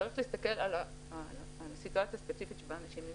צריך להסתכל על הסיטואציה הספציפית שבה אנשים נמצאים.